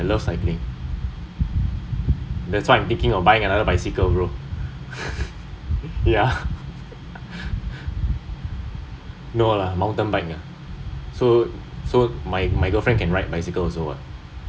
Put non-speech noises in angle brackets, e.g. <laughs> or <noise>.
ya I love cycling that's why I'm thinking of buying another bicycle bro <laughs> ya <laughs> no lah mountain bike ah so so my my girlfriend can also ride bicycle also [what]